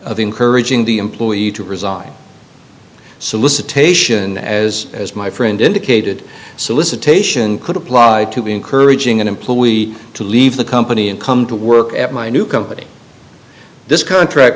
of encouraging the employee to resign solicitation as as my friend indicated solicitation could apply to be encouraging an employee to leave the company and come to work at my new company this contract